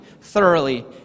thoroughly